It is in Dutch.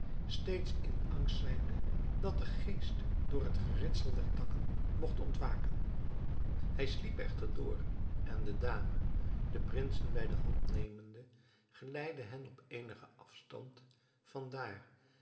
steeds in angst zijnde dat de geest door het geritsel der takken mogt ontwaken hij sliep echter door en de dame de prinsen bij de hand nemende geleidde hen op eenigen afstand